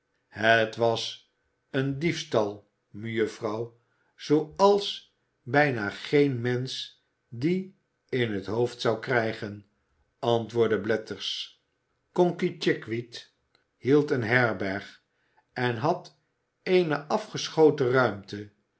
het was een diefstal mejuffrouw zooals bijna geen mensch die in t hoofd zou krijgen antwoordde blathers conkey chickweed hield een herberg en had eene afgeschoten ruimte